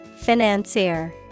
Financier